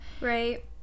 Right